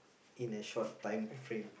in a short time frame